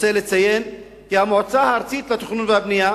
אני רוצה לציין כי המועצה הארצית לתכנון ולבנייה